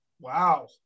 Wow